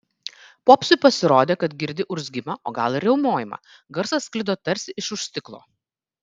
popsui pasirodė kad girdi urzgimą o gal ir riaumojimą garsas sklido tarsi iš už stiklo